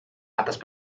atas